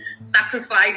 sacrifice